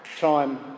Time